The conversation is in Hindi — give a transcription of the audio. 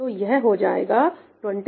तो यह हो जाएगा 2575 ns